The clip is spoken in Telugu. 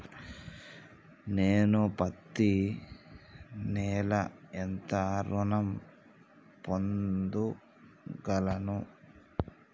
నేను పత్తి నెల ఎంత ఋణం పొందగలను?